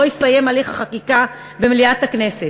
לא הסתיים הליך החקיקה במליאת הכנסת.